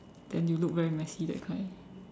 then you look very messy that kind